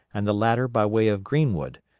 and the latter by way of greenwood,